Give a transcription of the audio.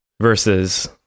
versus